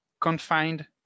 confined